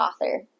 author